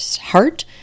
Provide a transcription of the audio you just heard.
heart